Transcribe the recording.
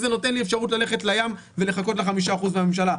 זה נותן לי אפשרות ללכת לים ולחכות ל-5% מהממשלה.